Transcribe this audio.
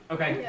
Okay